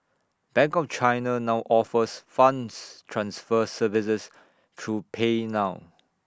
bank of China now offers funds transfer services through PayNow